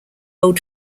old